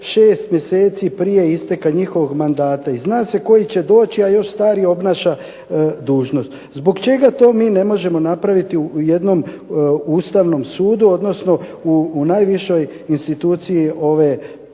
6 mjeseci prije isteka njihovog mandata. I zna se koji će doći, a još stari obnaša dužnost. Zbog čega to mi ne možemo napraviti u jednom Ustavnom sudu, odnosno u najvišoj instituciji ove